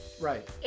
right